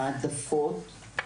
ההעדפות,